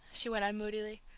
she went on moodily.